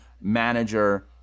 manager